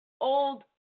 old